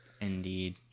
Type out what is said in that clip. Indeed